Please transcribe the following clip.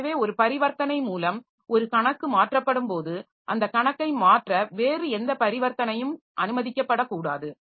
எனவே ஒரு பரிவர்த்தனை மூலம் ஒரு கணக்கு மாற்றப்படும்போது அந்தக் கணக்கை மாற்ற வேறு எந்த பரிவர்த்தனையும் அனுமதிக்கப்படக்கூடாது